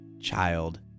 child